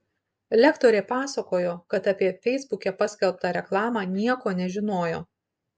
lektorė pasakojo kad apie feisbuke paskelbtą reklamą nieko nežinojo